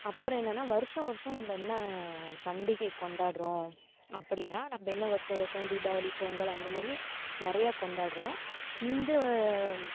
அப்புறம் என்னென்னால் வருஷ வருஷம் நம்ப என்ன பண்டிகை கொண்டாடுகிறோம் அப்படின்னா நம்ப என்ன வருஷ வருஷம் தீபாவளி பொங்கல் அந்தமாதிரி நிறையா கொண்டாடுகிறோம் இந்த